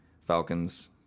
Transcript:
Falcons